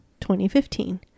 2015